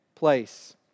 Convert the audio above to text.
Place